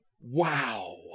Wow